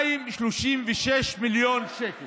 236 מיליון שקלים,